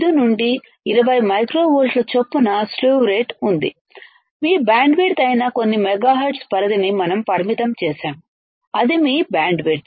5 నుండి 20 మైక్రో వోల్ట్ల చొప్పున స్లీవ్ రేటు ఉంది మీ బ్యాండ్విడ్త్ అయిన కొన్ని మెగాహెర్ట్జ్ పరిధిని మనం పరిమితం చేసాము అది మీ బ్యాండ్విడ్త్